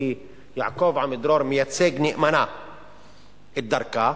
יעקב עמידרור מייצג נאמנה את דרכה.